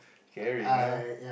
caring ah